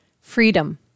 Freedom